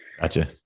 Gotcha